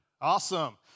Awesome